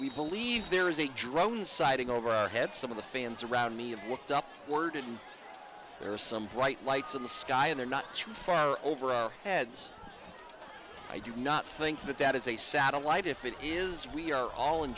we believe there is a drone sighting over our head some of the fans around me have looked up the word and there are some bright lights in the sky they're not too far over our heads i do not think that is a satellite if it is we are all in